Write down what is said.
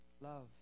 love